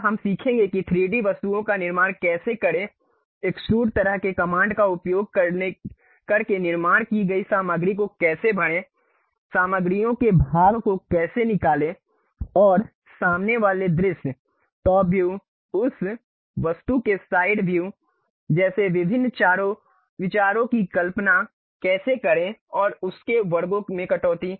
अब हम सीखेंगे कि 3D वस्तु का निर्माण कैसे करें एक्सट्रूड तरह के कमांड का उपयोग करके निर्माण की गई सामग्री को कैसे भरें सामग्रियों के भाग को कैसे निकालें और सामने वाले दृश्य टॉप व्यू उस वस्तु के साइड व्यू जैसे विभिन्न विचारों की कल्पना कैसे करें और उस के वर्गों में कटौती